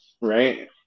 right